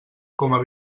coma